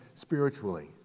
spiritually